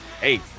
Hey